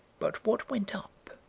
but what went up,